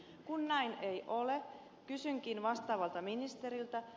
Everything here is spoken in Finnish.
kun näin ei ole kysynkin vastaavalta ministeriltä